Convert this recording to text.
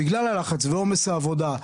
בגלל הלחץ ועומס העבודה,